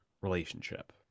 relationship